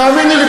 תאמיני לי,